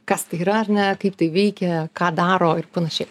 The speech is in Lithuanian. kas tai yra ar ne kaip tai veikia ką daro ir panašiai